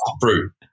fruit